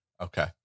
Okay